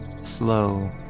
slow